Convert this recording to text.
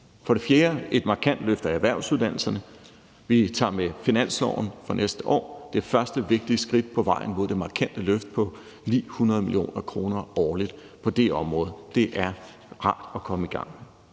vil der ske et markant løft af erhvervsuddannelserne. Vi tager med finansloven for næste år det første vigtige skridt på vejen mod det markante løft på 900 mio. kr. årligt på det område – det er rart at komme i gang.